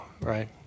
right